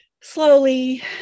slowly